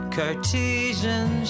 Cartesian